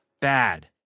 bad